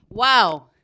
wow